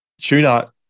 Tuna